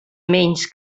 menys